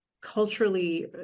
culturally